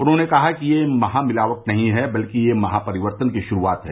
उन्होंने कहा कि यह महा मिलावट नहीं है बल्कि यह महा परिवर्तन की श्रुआत है